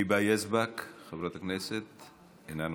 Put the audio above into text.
היבה יזבק, חברת הכנסת, אינה נוכחת.